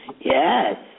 Yes